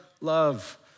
love